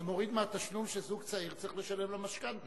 זה מוריד מהתשלום שזוג צעיר צריך לשלם למשכנתה.